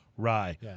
rye